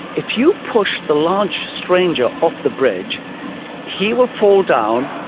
if you push the large stranger off the bridge he will fall down,